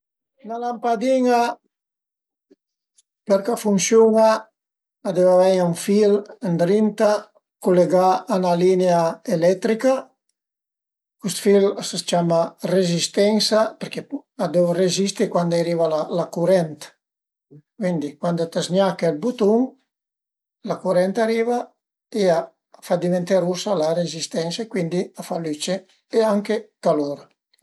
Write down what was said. La lampadin-a përché a funsiun-a a deu avei ën fil ëndrinta culegà a üna linea eletrica, cust fil a së ciama resistensa përché a deu rezisti cuand a i ariva la curent, cuindi cuandi ti zgnache ël butun la curent ariva e a fa diventé rusa la rezistensa e cuindi a fa lüce e anche calur